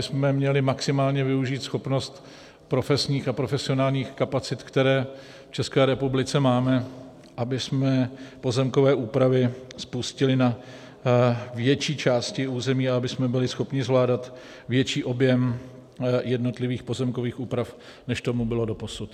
My bychom měli maximálně využít schopnost profesních a profesionálních kapacit, které v České republice máme, abychom pozemkové úpravy spustili na větší části území a abychom byli schopni zvládat větší objem jednotlivých pozemkových úprav, než tomu bylo doposud.